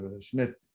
Smith